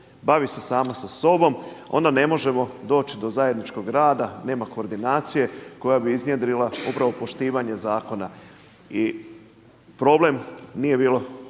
bavi se sama sa sobom, onda ne možemo doći do zajedničkog rada, nema koordinacije koja bi iznjedrila upravo poštivanje zakona. I problem nije bilo